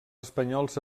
espanyols